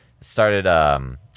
started